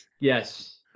yes